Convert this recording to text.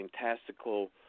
fantastical